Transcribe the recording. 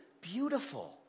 beautiful